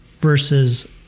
versus